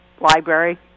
library